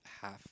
half